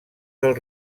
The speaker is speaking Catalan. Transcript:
del